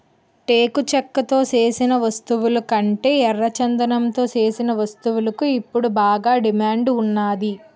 టేకు చెక్కతో సేసిన వస్తువులకంటే ఎర్రచందనంతో సేసిన వస్తువులకు ఇప్పుడు బాగా డిమాండ్ ఉన్నాది